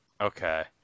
Okay